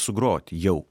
sugroti jau